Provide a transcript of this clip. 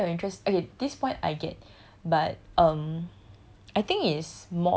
conflict of interest okay this point I get but um